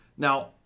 Now